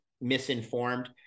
misinformed